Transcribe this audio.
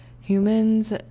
humans